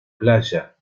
playa